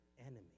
enemy